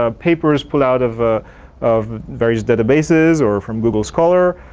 ah papers pulled out of ah of various databases or from google scholar,